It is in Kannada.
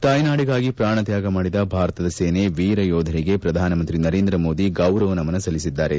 ತಾಯ್ನಾಡಿಗಾಗಿ ಪ್ರಾಣ ತ್ವಾಗ ಮಾಡಿದ ಭಾರತದ ಸೇನೆ ವೀರ ಯೋಧರಿಗೆ ಪ್ರಧಾನಮಂತ್ರಿ ನರೇಂದ್ರ ಮೋದಿ ಗೌರವ ನಮನ ಸಲ್ಲಿಸಿದ್ದಾರೆ